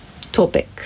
topic